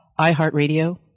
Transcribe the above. iHeartRadio